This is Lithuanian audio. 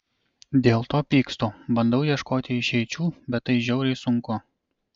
dėl to pykstu bandau ieškoti išeičių bet tai žiauriai sunku